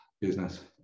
business